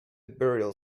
burial